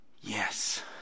Yes